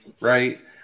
right